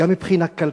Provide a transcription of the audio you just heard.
גם מבחינה כלכלית,